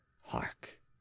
Hark